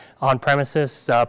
on-premises